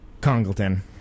Congleton